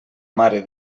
mare